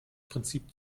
prinzip